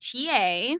TA